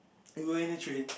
going in the train